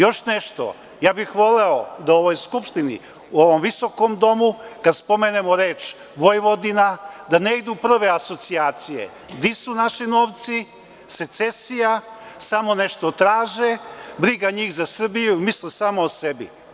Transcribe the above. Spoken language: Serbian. Još nešto, voleo bih da u ovoj skupštini, u ovom visokom domu kad spomenemo reč Vojvodina da ne idu prve asocijacije na to di su naši novci, secesija, samo nešto traže, briga njih za Srbiju, misle samo o sebi.